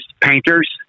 painters